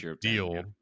deal